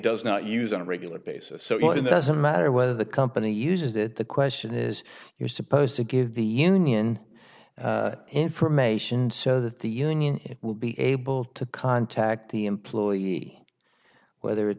does not use on a regular basis so in that as a matter whether the company uses it the question is you're supposed to give the union information so that the union will be able to contact the employee whether it